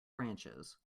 branches